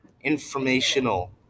informational